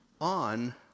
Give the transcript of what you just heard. on